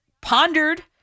pondered